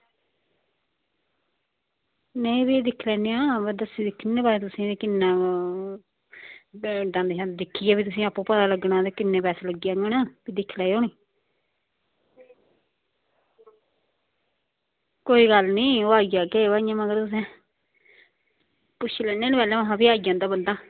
नेईं फ्ही दिक्खी लैन्ने आं दस्सी दिक्खने आं भई तुसेंगी किन्ना दंद छंद दिक्खियै फ्ही तुसेंगी आपूं पता लग्गना कि किन्ने पैसे लग्गी जाङन फ्ही दिक्खी लैएओ नी कोई गल्ल निं ओह् आई जाह्गे इ'यां मतलब तुसें पुच्छी लैन्ने आं नी पैह्लें महां फ्ही आई जंदा बंदा